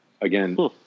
Again